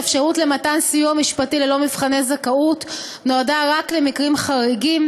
האפשרות למתן סיוע משפטי ללא מבחני זכאות נועדה רק למקרים חריגים,